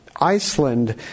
Iceland